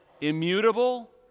immutable